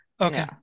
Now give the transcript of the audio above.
Okay